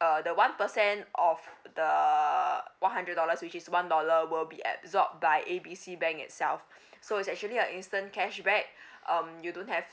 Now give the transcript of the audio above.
uh the one percent of the one hundred dollars which is one dollar will be absorbed by A B C bank itself so is actually a instant cashback um you don't have